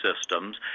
systems